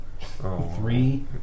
Three